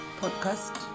podcast